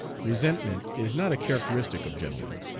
resentment is not a characteristic of gentlemen.